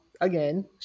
Again